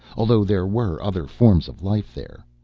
although there were other forms of life there.